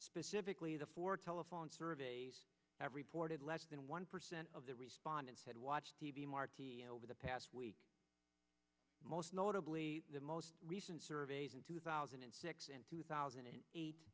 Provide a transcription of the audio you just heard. specifically the four telephone survey every ported less than one percent of the respondents had watched t v marti over the past week most notably the most recent surveys in two thousand and six and two thousand and eight